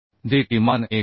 जे किमान एक आहे